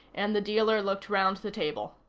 and the dealer looked round the table.